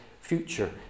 future